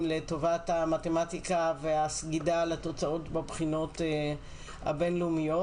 לטובת המתמטיקה והסגידה לתוצאות בבחינות הבין-לאומיות.